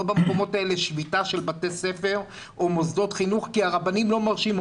לא במקומות האלה על שביתה של בתי ספר או מוסדות חינוכי הרבנים לא מרשים.